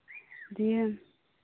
ᱫᱤᱭᱮ